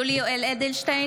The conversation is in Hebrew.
יולי יואל אדלשטיין,